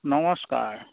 নমস্কাৰ